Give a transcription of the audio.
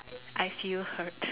I feel hurt